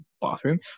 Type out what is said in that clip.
bathroom